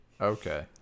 Okay